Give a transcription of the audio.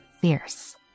fierce